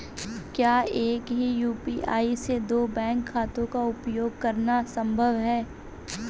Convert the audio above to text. क्या एक ही यू.पी.आई से दो बैंक खातों का उपयोग करना संभव है?